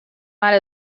might